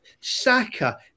Saka